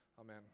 Amen